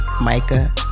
Micah